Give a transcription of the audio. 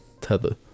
tether